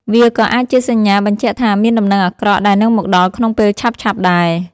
វាក៏អាចជាសញ្ញាបញ្ជាក់ថាមានដំណឹងអាក្រក់ដែលនឹងមកដល់ក្នុងពេលឆាប់ៗដែរ។